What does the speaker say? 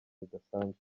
bidasanzwe